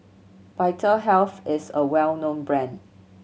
Vitahealth is a well known brand